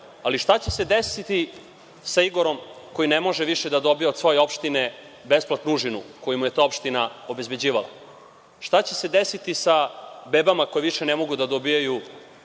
Ali, šta će se desiti sa Igorom koji ne može više da dobija od svoje opštine besplatnu užinu koju mu je ta opština obezbeđivala? Šta će se desiti sa bebama koje više ne mogu da dobijaju